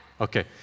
okay